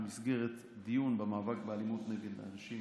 במסגרת דיון במאבק באלימות נגד נשים,